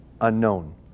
unknown